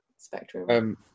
spectrum